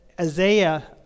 Isaiah